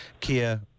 kia